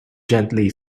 gently